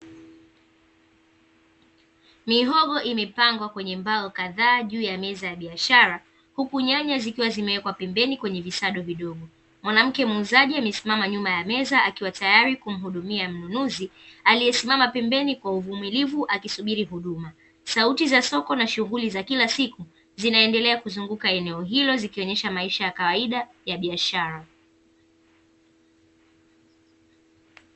Mihogo imepangwa kwenye mbao kadhaa juu ya meza ya biashara, huku nyanya zikiwa zimewekwa pembeni kwenye visado vidogo. Mwanamke muuzaji amesimama nyuma ya meza akiwa tayari kumuhudumia mnunuzi aliesimama pembeni kwa uvumilivu akisubiri huduma. Sauti za soko na shughuli za kila siku zinaendelea kuzunguka eneo hilo zikionesha maisha ya kawaida ya biashara.